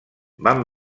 van